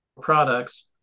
products